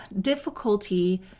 difficulty